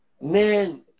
Man